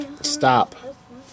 Stop